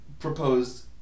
proposed